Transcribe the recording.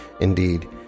Indeed